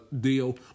deal